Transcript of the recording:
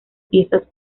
piezas